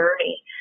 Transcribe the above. journey